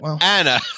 Anna